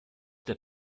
der